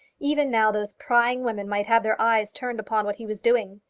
even now those prying women might have their eyes turned upon what he was doing.